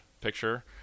picture